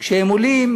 כשהם עולים,